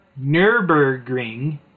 Nurburgring